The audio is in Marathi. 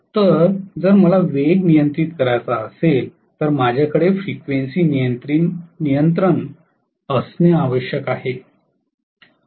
तर जर मला वेग नियंत्रित करायचा असेल तर माझ्याकडे फ्रिक्वेन्सी नियंत्रण असणे आवश्यक आहे